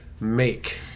make